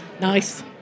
Nice